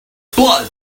blood